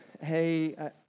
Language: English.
hey